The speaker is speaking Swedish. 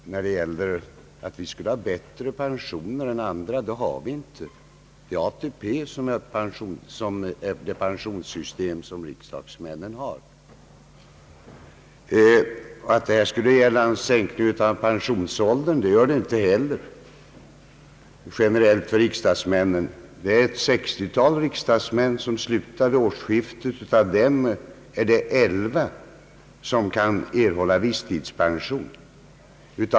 Herr talman! Jag vill ta upp ett par saker som framkommit i debatten men som jag anser vara fel. Det har sagts att vi skulle ha bättre pensioner än andra. Så är icke fallet. ATP är det pensionssystem som riksdagsmännen har. Att det nu skulle röra sig om en sänkning av pensionsåldern är inte heller riktigt, generellt sett. Av det 60-tal riksdagsmän, som slutar vid årsskiftet, är det elva som kan erhålla visstidspension.